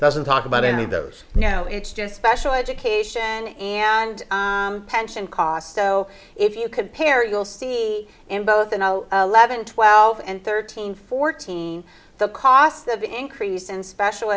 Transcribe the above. doesn't talk about any of those now it's just special education and pension costs so if you compare you'll see in both the no levon twelve and thirteen fourteen the cost of an increase in special